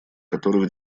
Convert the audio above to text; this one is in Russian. которых